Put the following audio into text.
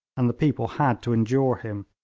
and the people had to endure him,